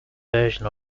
version